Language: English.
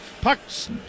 Pucks